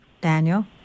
Daniel